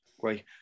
Great